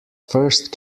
first